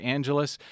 Angeles